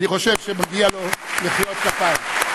אני חושב שמגיעות לו מחיאות כפיים.